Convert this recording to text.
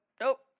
nope